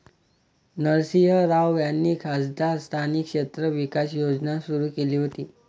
नरसिंह राव यांनी खासदार स्थानिक क्षेत्र विकास योजना सुरू केली होती